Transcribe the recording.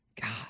God